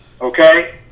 Okay